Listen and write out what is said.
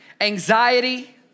anxiety